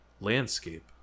landscape